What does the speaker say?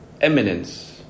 eminence